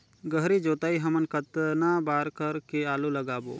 गहरी जोताई हमन कतना बार कर के आलू लगाबो?